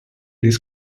this